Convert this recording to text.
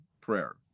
prayer